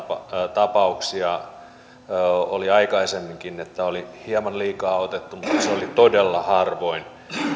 tapauksia oli aikaisemminkin että oli hieman liikaa otettu mutta se oli todella harvoin